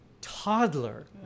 toddler